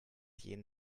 jeden